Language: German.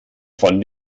von